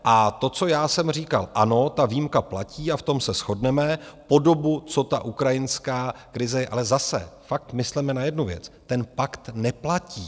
A to, co jsem říkal: ano, ta výjimka platí, a v tom se shodneme, po dobu, co ta ukrajinská krize ale zase fakt mysleme na jednu věc ten pakt neplatí.